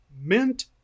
mint